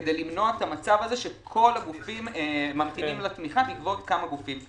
כדי למנוע את המצב הזה שכל הגופים ממתינים לתמיכה בעקבות כמה גופים.